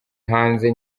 hanze